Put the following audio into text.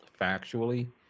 factually